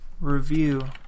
review